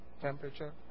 temperature